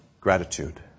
gratitude